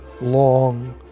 long